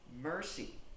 mercy